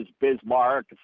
Bismarck